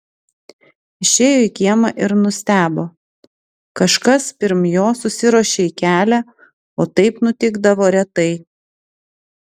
išėjo į kiemą ir nustebo kažkas pirm jo susiruošė į kelią o taip nutikdavo retai